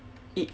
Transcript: eh